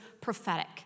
prophetic